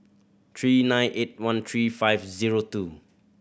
three nine eight one three five zero two